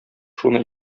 шуны